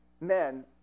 men